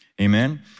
Amen